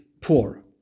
poor